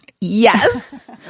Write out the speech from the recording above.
Yes